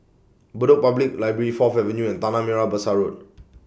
Bedok Public Library Fourth Avenue and Tanah Merah Besar Road